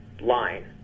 line